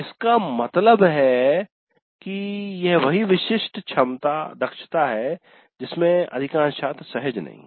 इसका मतलब है कि यह वही विशिष्ट दक्षता है जिसमे अधिकांश छात्र सहज नहीं हैं